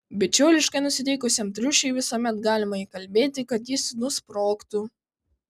bičiuliškai nusiteikusiam triušiui visuomet galima įkalbėti kad jis nusprogtų